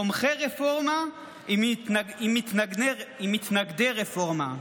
תומכי רפורמה עם מתנגדי רפורמה,